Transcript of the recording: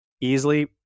easily